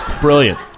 brilliant